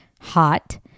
hot